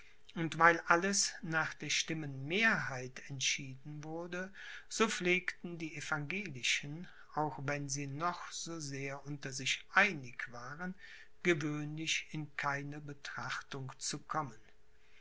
und weil alles nach der stimmenmehrheit entschieden wurde so pflegten die evangelischen auch wenn sie noch so sehr unter sich einig waren gewöhnlich in keine betrachtung zu kommen